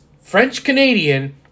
French-Canadian